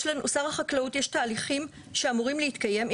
לשר החקלאות יש תהליכים שאמורים להתקיים,